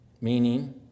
meaning